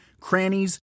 crannies